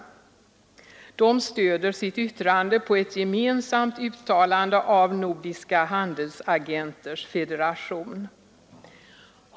Förbundet stöder sitt yttrande på ett gemensamt uttalande av Nordiska handelsagenters federation.